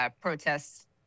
protests